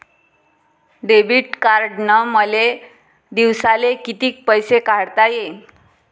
Debit कार्डनं मले दिवसाले कितीक पैसे काढता येईन?